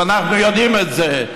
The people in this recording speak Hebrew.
ואנחנו יודעים את זה.